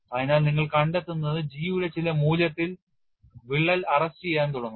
അതിനാൽ നിങ്ങൾ കണ്ടെത്തുന്നത് G യുടെ ചില മൂല്യത്തിൽ വിള്ളൽ അറസ്റ്റുചെയ്യാൻ തുടങ്ങും